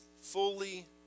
fully